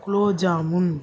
gulab jamun